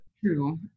True